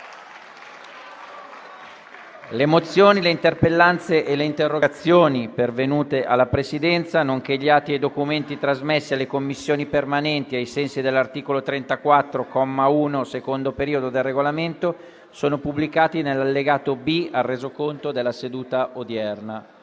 Le mozioni, le interpellanze e le interrogazioni pervenute alla Presidenza, nonché gli atti e i documenti trasmessi alle Commissioni permanenti ai sensi dell'articolo 34, comma 1, secondo periodo, del Regolamento sono pubblicati nell'allegato B al Resoconto della seduta odierna.